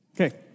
Okay